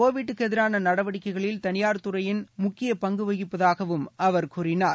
கோவிட்டுக்கு எதிரான நடவடிக்கைகளில் தளியார் துறையினர் முக்கிய பங்கு வகிப்பதாக அவர் கூறினார்